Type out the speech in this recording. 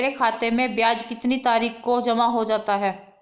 मेरे खाते में ब्याज कितनी तारीख को जमा हो जाता है?